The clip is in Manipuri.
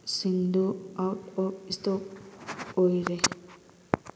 ꯁꯤꯡꯗꯨ ꯑꯥꯎꯠ ꯑꯣꯐ ꯏꯁꯇꯣꯛ ꯑꯣꯏꯔꯦ